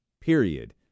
period